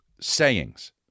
sayings